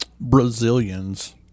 Brazilians